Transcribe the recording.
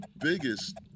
biggest